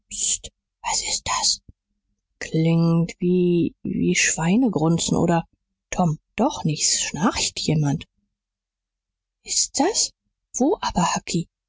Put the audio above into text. was ist das s klingt wie wie schweinegrunzen oder tom doch nicht s schnarcht jemand ist's das wo aber hucky